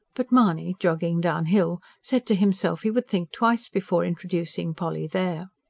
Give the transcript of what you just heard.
but mahony, jogging downhill, said to himself he would think twice before introducing polly there.